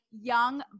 young